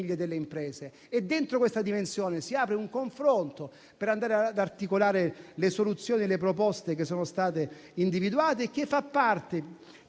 e delle imprese. In questa dimensione si apre un confronto per articolare le soluzioni e le proposte che sono state individuate, che fa parte -